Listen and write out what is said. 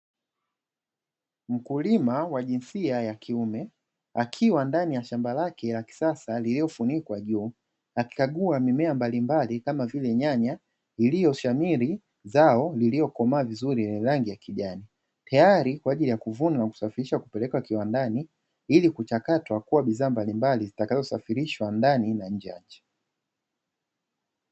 Mkulima wa jinsia ya kiume akiwa ndani ya shamba lake la kisasa lililofunikwa juu, akikagua mimea mbalimbali kama vile nyanya iliyoshamiri zao iliyokomaa vizuri yenye rangi ya kijani. Tayari kwa ajili ya kuvunwa na kusafirishwa kupelekwa kiwandani, ili kuchakatwa na kuwa bidhaa mbalimbali zitakazosafirishwa ndani na nje ya nchi.